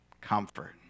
Comfort